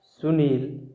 Sunil